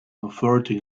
authority